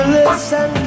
listen